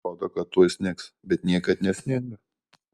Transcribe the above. atrodo kad tuoj snigs bet niekad nesninga